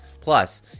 Plus